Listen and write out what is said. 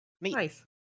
Nice